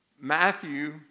Matthew